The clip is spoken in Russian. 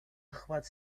охват